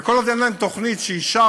וכל עוד אין להם תוכנית שאישרתי,